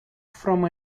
from